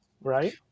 right